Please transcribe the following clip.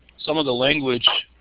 some of the language,